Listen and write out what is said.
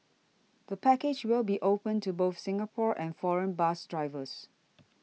the package will be open to both Singapore and foreign bus strives